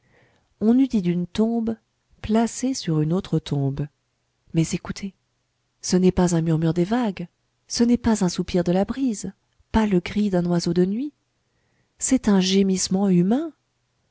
on eût dit d'une tombe placée sur une autre tombe mais écoutez ce n'est pas un murmure des vagues ce n'est pas un soupir de la brise pas le cri d'un oiseau de nuit c'est un gémissement humain